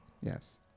Yes